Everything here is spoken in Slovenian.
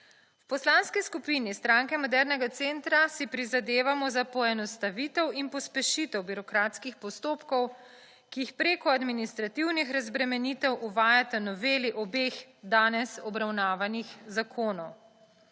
V Poslanski skupini Stranke modernega centra si prizadevamo za poenostavitev in pospešitev birokratskih postopkov, ki jih preko administrativnih razbremenitev uvajata noveli obeh danes obravnavanih zakonov.